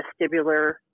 vestibular